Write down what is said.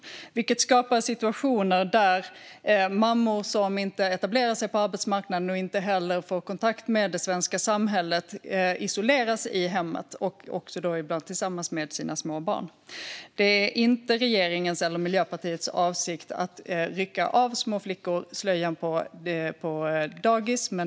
Det senare är något som skapar situationer där mammor som inte etablerar sig på arbetsmarknaden och inte heller får kontakt med det svenska samhället isoleras i hemmet, ibland tillsammans med sina små barn. Det är inte regeringens eller Miljöpartiets avsikt att rycka av små flickor slöjan på dagis.